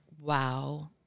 wow